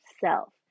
self